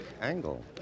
angle